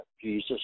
Jesus